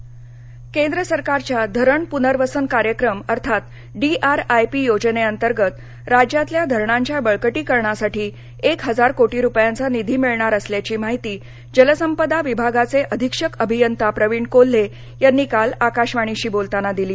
धरण पनर्वसन केंद्र सरकारच्या धरण पूनर्वसन कार्यक्रम अर्थात डी आर आय पी योजनेअंतर्गत राज्यातल्या धरणांच्या बळकटीकरणासाठी एक हजार कोटी रुपयांचा निधी मिळणार असल्याची माहिती जलसंपदा विभागाचे अधीक्षक अभियता प्रवीण कोल्हे यांनी काल आकाशवाणीशी बोलताना दिली